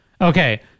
Okay